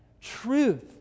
Truth